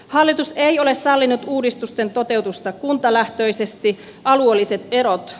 hallitus ei ole stalin uudistusten toteutusta kuntalähtöisesti alueelliset erot